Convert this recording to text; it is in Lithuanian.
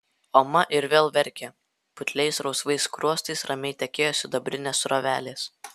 oma ir vėl verkė putliais rausvais skruostais ramiai tekėjo sidabrinės srovelės